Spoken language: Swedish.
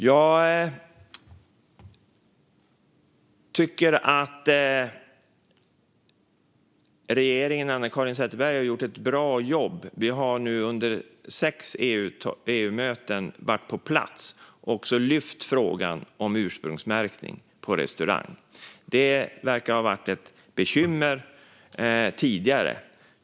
Jag tycker att regeringen och Anna-Caren Sätherberg har gjort ett bra jobb. Vi har nu varit på plats under sex EU-möten och lyft frågan om ursprungsmärkning på restaurang. Det verkar ha varit ett bekymmer tidigare.